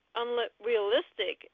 unrealistic